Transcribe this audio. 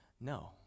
No